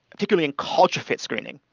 particularly in culture fit screening,